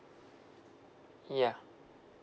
yeah